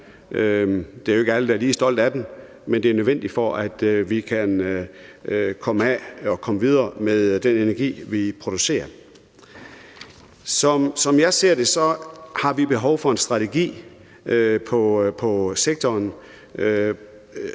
Det er jo ikke alle, der er lige stolte af den, men den er nødvendig, for at vi kan komme af med og videre med den energi, vi producerer. Som jeg ser det, har vi behov for en strategi for sektoren,